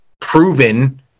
proven